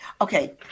okay